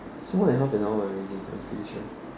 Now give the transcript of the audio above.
it's more than half an hour already I'm pretty sure